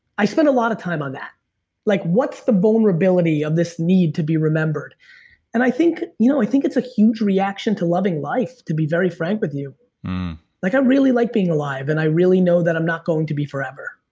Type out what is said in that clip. i spend a lot of time on that like what's the vulnerability of this need to be remembered and i think you know i think it's a whole reaction to loving life, to be very frank with you like i really like being alive and i really know that i'm not going to be forever,